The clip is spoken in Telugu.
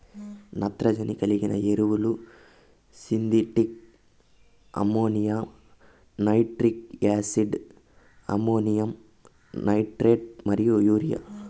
నత్రజని కలిగిన ఎరువులు synthetic ammonia, nitric acid, ammonium nitrate మరియు యూరియా